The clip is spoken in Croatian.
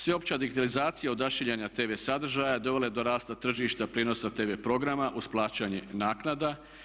Sveopća digitalizacija odašiljanja tv sadržaja dovela je do rasta tržišta prijenosa tv programa uz plaćanje naknada.